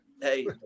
Hey